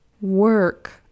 work